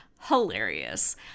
hilarious